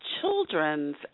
children's